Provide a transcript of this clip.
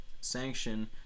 sanction